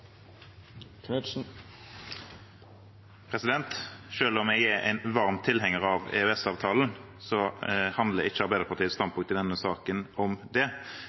om jeg er en varm tilhenger av EØS-avtalen, handler ikke Arbeiderpartiets standpunkt i denne saken om det,